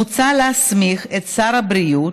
מוצע להסמיך את שר הבריאות,